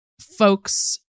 folks